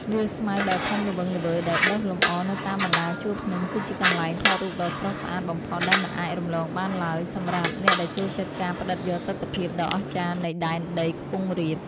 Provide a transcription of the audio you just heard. វាលស្មៅដ៏ធំល្វឹងល្វើយដែលដុះលម្អនៅតាមបណ្ដាជួរភ្នំគឺជាកន្លែងថតរូបដ៏ស្រស់ស្អាតបំផុតដែលមិនអាចរំលងបានឡើយសម្រាប់អ្នកដែលចូលចិត្តការផ្ដិតយកទិដ្ឋភាពដ៏អស្ចារ្យនៃដែនដីខ្ពង់រាប។